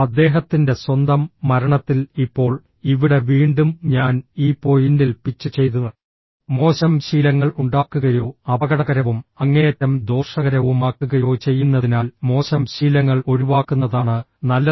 അദ്ദേഹത്തിന്റെ സ്വന്തം മരണത്തിൽ ഇപ്പോൾ ഇവിടെ വീണ്ടും ഞാൻ ഈ പോയിന്റിൽ പിച്ച് ചെയ്തു മോശം ശീലങ്ങൾ ഉണ്ടാക്കുകയോ അപകടകരവും അങ്ങേയറ്റം ദോഷകരവുമാക്കുകയോ ചെയ്യുന്നതിനാൽ മോശം ശീലങ്ങൾ ഒഴിവാക്കുന്നതാണ് നല്ലത്